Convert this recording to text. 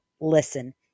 Listen